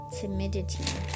timidity